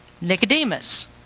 Nicodemus